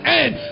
end